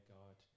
god